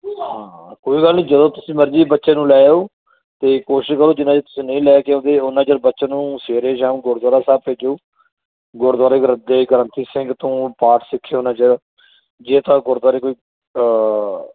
ਹਾਂ ਕੋਈ ਗੱਲ ਨਹੀਂ ਜਦੋਂ ਤੁਸੀਂ ਮਰਜ਼ੀ ਬੱਚੇ ਨੂੰ ਲੈ ਆਓ ਅਤੇ ਕੋਸ਼ਿਸ਼ ਕਰੋ ਜਿੰਨਾਂ ਚਿਰ ਤੁਸੀਂ ਨਹੀਂ ਲੈ ਕੇ ਆਉਂਦੇ ਉਨਾਂ ਚਿਰ ਬੱਚੇ ਨੂੰ ਸਵੇਰੇ ਸ਼ਾਮ ਗੁਰਦੁਆਰਾ ਸਾਹਿਬ ਭੇਜੋ ਗੁਰਦੁਆਰੇ ਗ੍ਰੰ ਦੇ ਗ੍ਰੰਥੀ ਸਿੰਘ ਤੋਂ ਪਾਠ ਸਿੱਖੇ ਉਨਾਂ ਚਿਰ ਜੇਕਰ ਗੁਰਦੁਆਰੇ